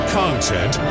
content